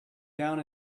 down